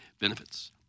benefits